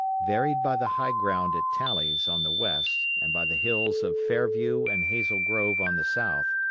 varied by the high ground at talley's on the west and by the hills of fairview and hazel grove on the south,